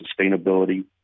sustainability